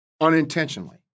unintentionally